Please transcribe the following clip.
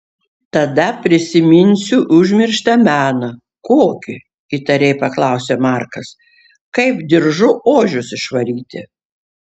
tada prisiminsiu užmirštą meną kokį įtariai paklausė markas kaip diržu ožius išvaryti